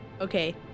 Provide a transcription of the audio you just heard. okay